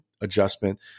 adjustment